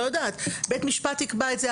בית משפט יקבע את זה,